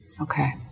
Okay